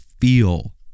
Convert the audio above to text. feel